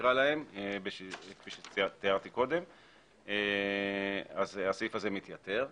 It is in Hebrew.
לפיכך הסעיף האמור מתייתר.